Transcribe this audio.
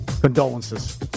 condolences